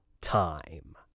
time